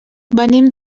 venim